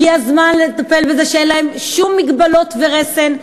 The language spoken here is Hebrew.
הגיע הזמן לטפל בזה שאין להם שום מגבלות ורסן.